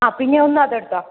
ആ പിന്നെയൊന്ന് അതെടുത്തോ